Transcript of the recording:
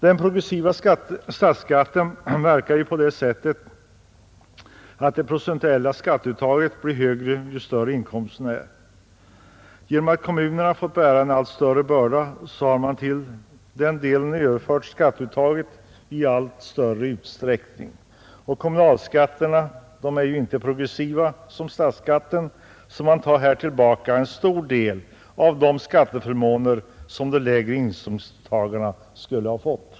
Den progressiva statsskatten verkar på det sättet att det procentuella skatteuttaget blir högre ju större inkomsterna är. Genom att kommunerna har fått bära en allt större börda har man överfört skatteuttaget till den delen i allt större utsträckning. Kommunalskatterna är inte progressiva som statsskatten, så man tar här tillbaka en stor del av de skatteförmåner som människor med lägre inkomster skulle ha fått.